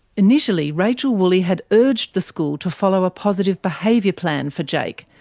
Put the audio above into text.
initially, rachel woolley had urged the school to follow a positive behaviour plan for jake,